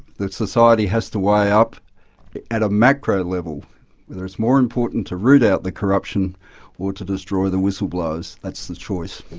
society has to weigh up at a macro level whether it's more important to root out the corruption or to destroy the whistleblowers that's the choice.